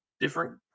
different